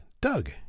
Doug